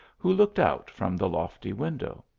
who looked out from the lofty window.